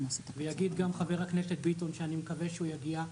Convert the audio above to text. ויגיד גם חבר הכנסת ביטון שאני מקווה שהוא יגיע,